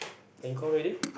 can you call already